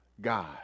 God